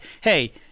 hey